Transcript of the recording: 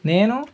నేను